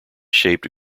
shaped